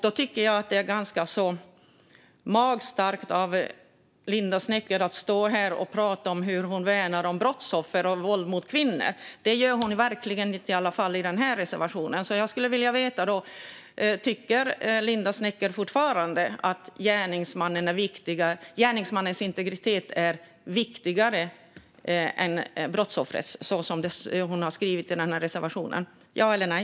Det är ganska magstarkt av Linda Westerlund Snecker att stå här och tala om hur hon värnar om brottsoffer och vill förhindra våld mot kvinnor. Det gör hon verkligen i varje fall inte i den här reservationen. Jag skulle vilja veta: Tycker Linda Westerlund Snecker fortfarande att gärningsmannens integritet är viktigare än brottsoffrets, så som hon har skrivit i reservationen? Ja eller nej?